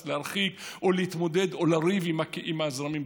להרחיק או להתמודד או לריב עם הזרמים בחו"ל,